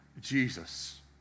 Jesus